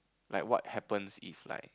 like what happens if like